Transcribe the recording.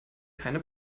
keine